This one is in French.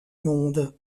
monde